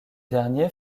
derniers